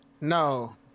no